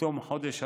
בתום חודש הרמדאן,